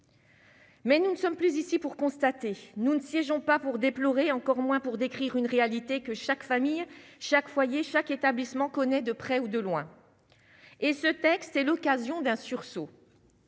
Mais nous ne sommes plus ici pour constater, nous ne siégeons pas pour déplorer, encore moins pour décrire une réalité que chaque famille, chaque foyer, chaque établissement connaît de près ou de loin et ce texte est l'occasion d'un sursaut.